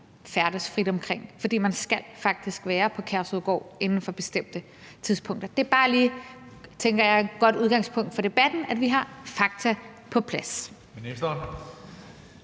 færdes frit omkring, for man skal faktisk være på Kærshovedgård på bestemte tidspunkter. Det er bare, tænker jeg, et godt udgangspunkt for debatten, at vi har fakta på plads.